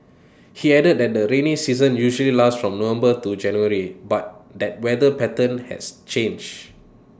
he added that the rainy season usually lasts from November to January but that weather patterns has changed